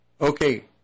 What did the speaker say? Okay